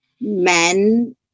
men